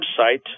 website